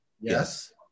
Yes